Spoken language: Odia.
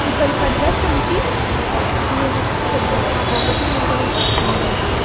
ୟେ କରିପାରିବା ସେମତି ଓଡ଼ିଆ ଭାଷାଟା ଡେଭଲପ୍ ହେବ ବୋଲି ମୋର ମନ ଅଛି